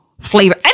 flavor